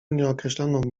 nieokreśloną